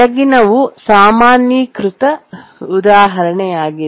ಕೆಳಗಿನವು ಸಾಮಾನ್ಯೀಕೃತ ಉದಾಹರಣೆಯಾಗಿದೆ